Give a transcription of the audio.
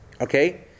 okay